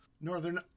Northern